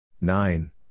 Nine